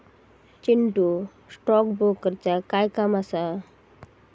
Chintu, stock ब्रोकरचा काय काम असा?